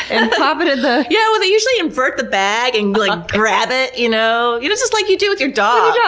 and pop it in the, yeah, well they usually invert the bag and grab it, you know you know, just like you do with your dog.